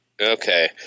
Okay